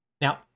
Now